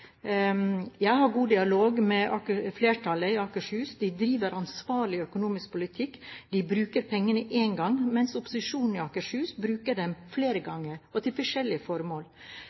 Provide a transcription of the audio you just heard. Jeg har god dialog med flertallet i Akershus. De driver ansvarlig økonomisk politikk. De bruker pengene én gang, mens opposisjonen i Akershus bruker dem flere ganger og til forskjellige formål.